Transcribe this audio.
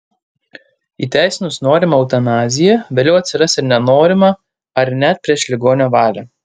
įteisinus norimą eutanaziją vėliau atsiras ir nenorima ar net prieš ligonio valią